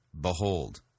behold